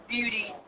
Beauty